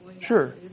Sure